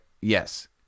Yes